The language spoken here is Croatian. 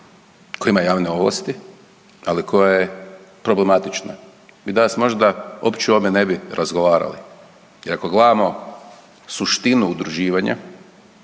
koja ima javne ovlasti, ali koja je problematična mi danas možda uopće ovdje ne bi razgovarali jer ako gledamo suštinu udruživanja,